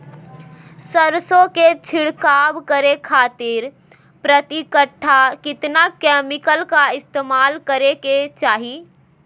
सरसों के छिड़काव करे खातिर प्रति कट्ठा कितना केमिकल का इस्तेमाल करे के चाही?